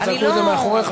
צעקו את זה מאחוריך,